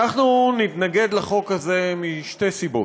אנחנו נתנגד לחוק הזה, משתי סיבות: